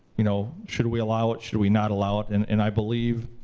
you know should we allow it, should we not allow it? and and i believe,